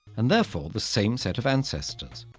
and therefore the same set of ancestors.